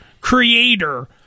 creator